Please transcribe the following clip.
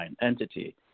entity